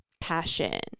passion